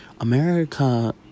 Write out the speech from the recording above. america